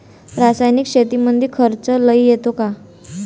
रासायनिक शेतीमंदी खर्च लई येतो का?